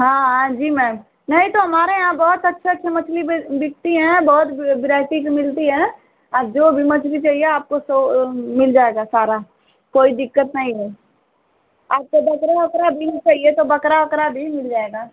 हाँ हाँ जी मैम नहीं तो हमारे यहाँ बहुत अच्छी अच्छी मछली बिकती हैं बहुत बेराइटी के मिलती हैं जो भी मछली चाहिए आपको सो मिल जाएगा सारा कोई दिक्कत नहीं है आपको बकरा ओकरा भी चहिए तो बकरा ओकरा भी मिल जाएगा